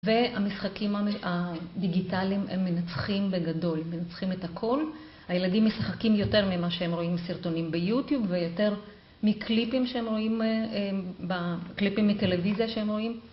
והמשחקים הדיגיטליים הם מנצחים בגדול, מנצחים את הכל. הילדים משחקים יותר ממה שהם רואים בסרטונים ביוטיוב ויותר מקליפים שהם רואים בקליפים מטלוויזיה שהם רואים.